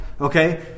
okay